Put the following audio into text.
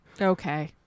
Okay